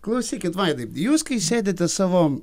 klausykit vaidai jūs kai sėdite savo